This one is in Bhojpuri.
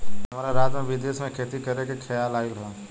हमरा रात में विदेश में खेती करे के खेआल आइल ह